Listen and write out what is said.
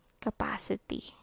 capacity